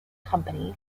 company